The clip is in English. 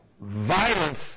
violence